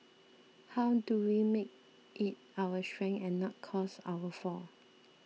how do we make it our strength and not cause our fall